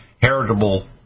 heritable